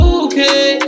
okay